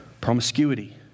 promiscuity